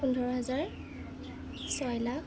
পোন্ধৰ হাজাৰ ছয় লাখ